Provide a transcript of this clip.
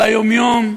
על היום-יום,